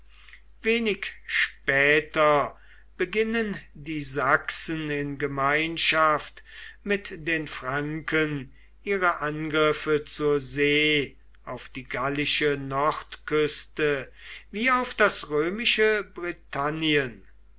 jahre später beginnen die sachsen in gemeinschaft mit den franken ihre angriffe zur see auf die gallische nordküste wie auf das römische britannien